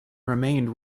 remained